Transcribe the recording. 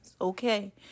okay